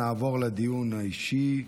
נעבור לדיון האישי.